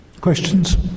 questions